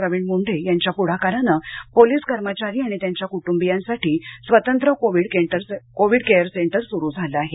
प्रवीण मुंढे यांच्या पुढाकारानं पोलीस कर्मचारी आणि त्यांच्या कुटुंबीयांसाठी स्वतंत्र कोविड केअर सेंटर सुरू झालं आहे